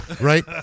right